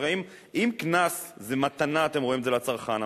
הרי אם קנס זה מתנה לצרכן,